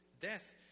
Death